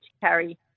carry